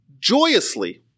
joyously